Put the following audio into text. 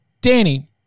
Danny